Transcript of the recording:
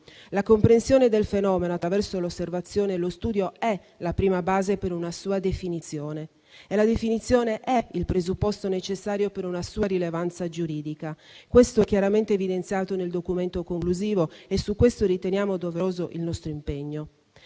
La comprensione del fenomeno attraverso l'osservazione e lo studio è la prima base per una sua definizione e la definizione è il presupposto necessario per una sua rilevanza giuridica. Questo è chiaramente evidenziato nel documento conclusivo e su questo riteniamo doveroso il nostro impegno.